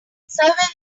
surveillance